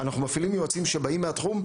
אנחנו מפעילים יועצים שבאים מהתחום,